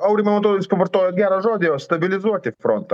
aurimai man atrodo jūs pavartojot gerą žodį jo stabilizuoti frontą